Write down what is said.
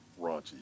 raunchy